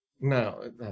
No